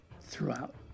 throughout